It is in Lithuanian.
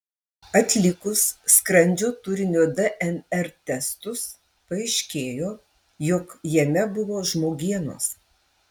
atlikus skrandžio turinio dnr testus paaiškėjo jog jame buvo žmogienos